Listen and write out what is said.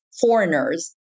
foreigners